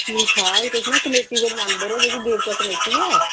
ठीक ठाक तुस ना कमेटी दे मैंबर ओ जेह्ड़ी देवका कमेटी ऐ